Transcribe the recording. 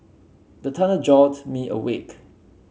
the thunder jolt me awake